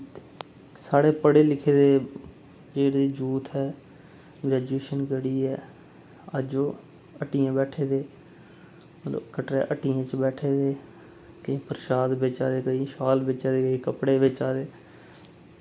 साढ़े पढ़े लिखे दे जेह्ड़े जूथ ऐ ग्रैजुएशन करियै अज्ज ओह् हट्टियैं बैठे दे मतलब कटरै हट्टियें च बैठे दे केईं परशाद बेचा दे केईं शाल बेचा दे केईं कपड़े बेचा दे